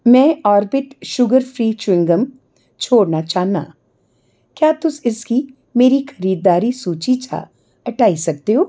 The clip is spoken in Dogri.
में Orbit sugar free chewing gum छोड़ना चाह्न्नां क्या तुस इसगी मेरी खरीदारी सूची चा हटाई सकदे ओ